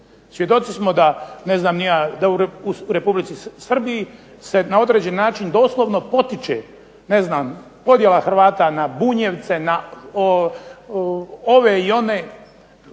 Svjedoci da u REpublici Srbiji se na određeni način doslovno potiče podjela Hrvata na Bunjevce, na ove i one,